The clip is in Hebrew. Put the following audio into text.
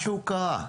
משהו קרה?